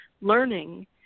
learning